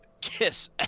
kiss